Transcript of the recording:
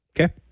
Okay